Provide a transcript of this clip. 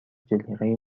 جلیقه